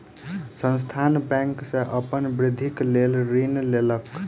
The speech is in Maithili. संस्थान बैंक सॅ अपन वृद्धिक लेल ऋण लेलक